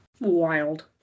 Wild